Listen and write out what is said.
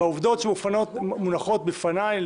בעובדות שמונחות בפניי,